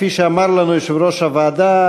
כפי שאמר לנו יושב-ראש הוועדה,